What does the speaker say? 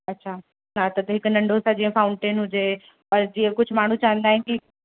अच्छा हा त हिक नंढो सो जीअं फ़ाउंटेन हुजे पर जीअं कुझु माण्हू चाहींदा आहिनि की